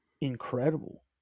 incredible